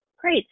Great